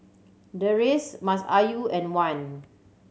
Deris Masayu and Wan